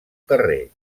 carrer